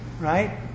Right